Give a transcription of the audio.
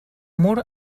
mur